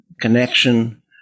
connection